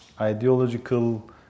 ideological